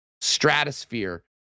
stratosphere